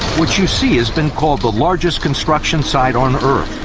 what you see has been called the largest construction site on earth,